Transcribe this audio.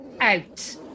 out